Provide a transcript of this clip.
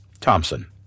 Thompson